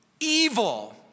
Evil